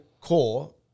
core